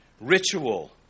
Ritual